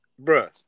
Bruh